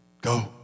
go